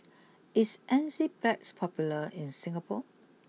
is Enzyplex popular in Singapore